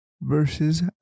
versus